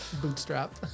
bootstrap